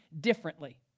differently